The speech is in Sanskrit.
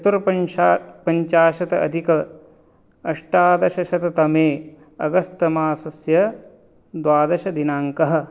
चतुर्पञ्शा पञ्चाशत् अधिक अष्टादशशततमे अगस्त मासस्य द्वादशदिनाङ्कः